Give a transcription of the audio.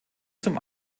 zum